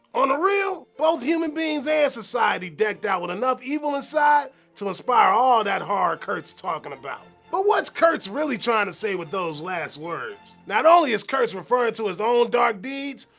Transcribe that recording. on the real, both human beings and society decked out wit enough evil inside to inspire all dat horror kurtz talkin about. but what's kurtz really trying to say with those last words? not only is kurtz referrin to his own dark deeds,